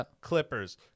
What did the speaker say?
clippers